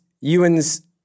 Ewan's